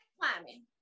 climbing